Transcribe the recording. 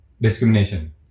discrimination